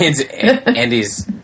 Andy's